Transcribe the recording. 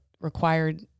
required